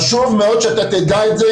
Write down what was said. חשוב מאוד שאתה תדע את זה